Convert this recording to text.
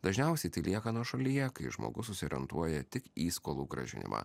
dažniausiai tai lieka nuošalyje kai žmogus susiorientuoja tik į skolų grąžinimą